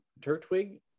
Turtwig